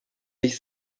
sich